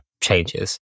changes